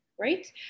right